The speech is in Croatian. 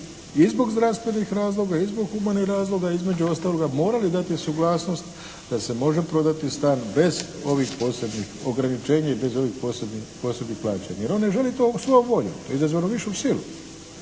i zbog zdravstvenih razloga i zbog humanih razloga između ostaloga morali dati suglasnost da se može prodati stan bez ovih posebnih ograničenja i bez posebnih plaćanja. Jer on to ne želi svojom voljom, to je izazvano višom silom.